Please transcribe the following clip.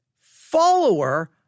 follower